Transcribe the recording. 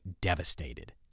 devastated